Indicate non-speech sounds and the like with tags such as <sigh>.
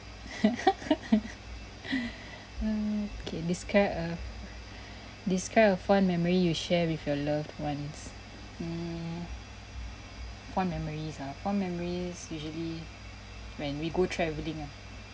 <laughs> <breath> !hais! okay describe a <breath> describe a fond memory you share with your loved ones hmm fond memories ah fond memories usually when we go travelling ah